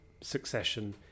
succession